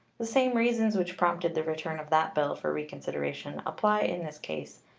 the same reasons which prompted the return of that bill for reconsideration apply in this case,